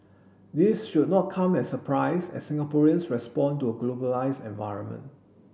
this should not come as surprise as Singaporeans respond to a globalised environment